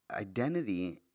Identity